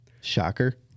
Shocker